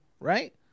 Right